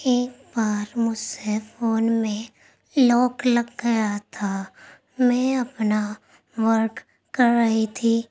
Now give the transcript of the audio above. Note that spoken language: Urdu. ایک بار مجھ سے فون میں لوک لگ گیا تھا میں اپنا ورک کر رہی تھی